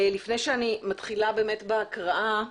לפני שאתחיל בהקראה,